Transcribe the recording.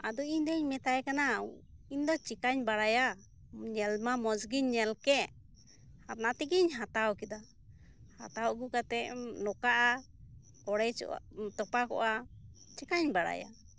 ᱟᱫᱚ ᱤᱧ ᱫᱚᱧ ᱢᱮᱛᱟᱭ ᱠᱟᱱᱟ ᱤᱧ ᱫᱚ ᱪᱤᱠᱟᱹᱧ ᱵᱟᱲᱟᱭᱟ ᱧᱮᱞ ᱢᱟ ᱢᱚᱸᱡᱽ ᱜᱮᱧ ᱧᱮᱞ ᱠᱮᱫ ᱚᱱᱟ ᱛᱮᱜᱮᱧ ᱦᱟᱛᱟᱣ ᱠᱮᱫᱟ ᱦᱟᱛᱟᱣ ᱟᱹᱜᱩ ᱠᱟᱛᱮᱫ ᱱᱚᱝᱠᱟᱜᱼᱟ ᱛᱚᱯᱟᱜᱚᱜᱼᱟ ᱪᱤᱠᱟᱹᱧ ᱵᱟᱲᱟᱭᱟ